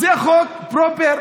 זה חוק פרופר,